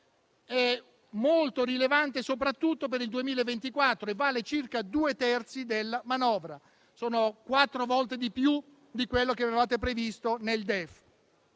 È molto rilevante soprattutto per il 2024 e vale circa due terzi della manovra. Sono quattro volte di più di quello che avevate previsto nel DEF.